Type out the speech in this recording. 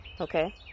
Okay